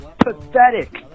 Pathetic